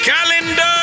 Calendar